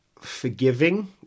forgiving